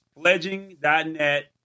Pledging.net